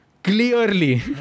Clearly